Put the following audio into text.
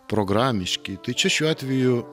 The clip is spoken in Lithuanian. programiški tai čia šiuo atveju